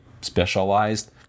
specialized